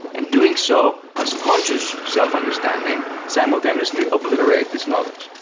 and doing so as conscious self-understanding, simultaneously obliterate this knowledge.